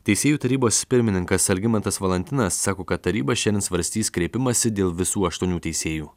teisėjų tarybos pirmininkas algimantas valantinas sako kad taryba šiandien svarstys kreipimąsi dėl visų aštuonių teisėjų